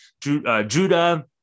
Judah